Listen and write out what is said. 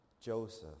joseph